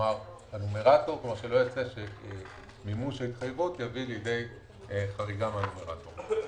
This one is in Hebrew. כלומר שלא ייצא שמימוש ההתחייבות יביא לידי חריגה מהנומרטור.